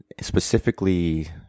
specifically